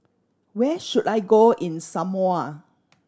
where should I go in Samoa